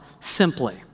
simply